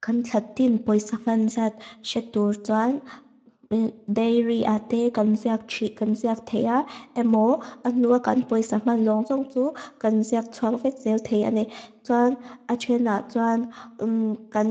Kan chatting poisafan xat xetur txuan, dai ri ate, kan siak chik, kan siak thea, emo anua kan poisafan long song txu, kan siak txuak fek seo thea ne. Txuan achena, txuan